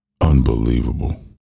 Unbelievable